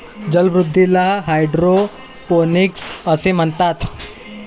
जलवृद्धीला हायड्रोपोनिक्स असे म्हणतात